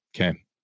okay